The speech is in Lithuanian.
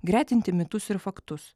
gretinti mitus ir faktus